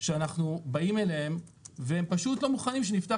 שאנחנו באילם אליהן והן פשוט לא מוכנות שנפתח